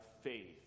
faith